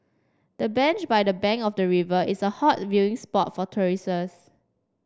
the bench by the bank of the river is a hot viewing spot for tourists